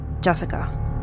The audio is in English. Jessica